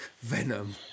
Venom